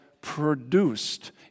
produced